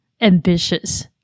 ambitious